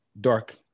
dark